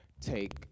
take